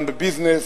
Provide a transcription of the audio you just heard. גם בביזנס,